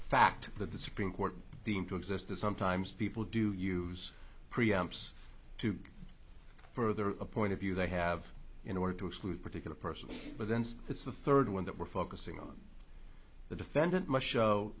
fact that the supreme court didn't exist as sometimes people do use pre amps to further a point of view they have in order to exclude particular person but then it's the third one that we're focusing on the defendant mu